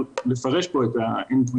אם הייתי חושב שהחוק הזה יבוא לפתור את זה,